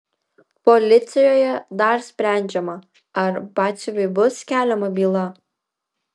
policijoje dar sprendžiama ar batsiuviui bus keliama byla